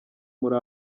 muri